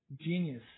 Genius